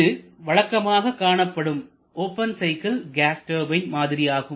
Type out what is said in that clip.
இது வழக்கமான காணப்படும் ஓபன் சைக்கிள் கேஸ் டர்பைன் மாதிரி ஆகும்